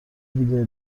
دیگه